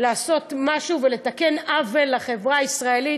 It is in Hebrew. לעשות משהו ולתקן עוול בחברה הישראלית,